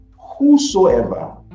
whosoever